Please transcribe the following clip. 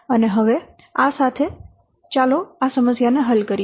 અને હવે આ સાથે હવે ચાલો આ સમસ્યાને હલ કરીએ